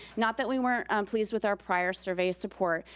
not that we weren't pleased with our prior survey support.